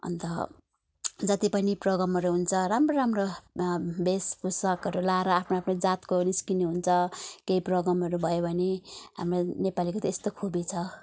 अन्त जति पनि प्रोग्रामहरू हुन्छ राम्रो राम्रो भेषभूषाकहरू लगाएर आफ्नो आफ्नो जातको निस्किनुहुन्छ केही प्रोग्रामहरू भयो भने हाम्रो नेपालीको त यस्तो खुबी छ